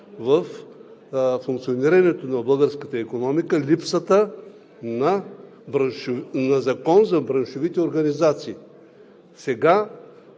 във функционирането на българската икономика липсата на закон за браншовите организации. Сега